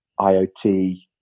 IoT